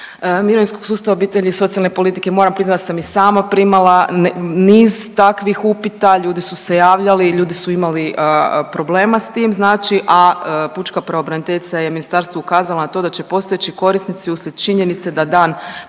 mirovinskog sustava, obitelji, socijalne politike. Moram priznati da sam i sama primala niz takvih upita. Ljudi su se javljali, ljudi su imali problema sa tim znači a pučka pravobraniteljica je ministarstvu ukazala na to da će postojeći korisnici uslijed činjenice da dan